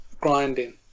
grinding